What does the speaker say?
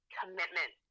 commitment